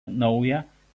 naują